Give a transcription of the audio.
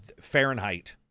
fahrenheit